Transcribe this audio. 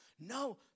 No